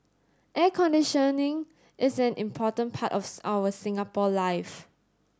air conditioning is an important part of our Singapore life